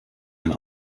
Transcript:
and